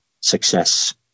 success